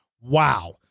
Wow